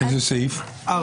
סעיף (4),